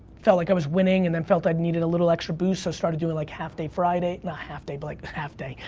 felt like i was winning, and then, felt i needed a little extra boost. so, i started doing, like, half-day friday. not half-day, but like, half-day,